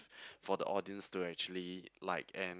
for the audience to actually like and